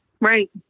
Right